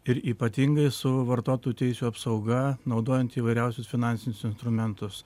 ir ypatingai su vartotojų teisių apsauga naudojant įvairiausius finansinius instrumentus